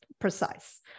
precise